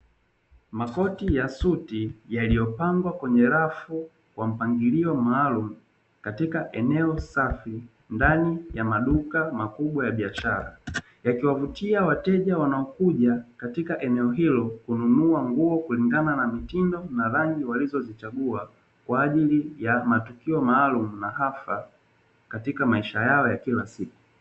Makoti ya suti yaliyopangwa kwenye rafu kwa mpangilio maalumu katika eneo safi ndani ya maduka makubwa ya biashara, yakiwavutia wateja wanaokuja katika eneo hilo kununua nguo kulingana na mitindo na rangi walizozichagua. Kwa ajili ya matukio maalumu na ghafla katika maisha yao ya kila siku.